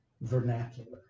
vernacular